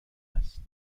است